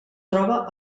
troba